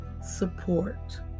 support